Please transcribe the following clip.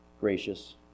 gracious